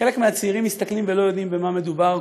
חלק מהצעירים מסתכלים ולא יודעים במה מדובר.